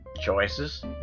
choices